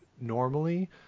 normally